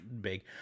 big